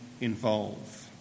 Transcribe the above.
involve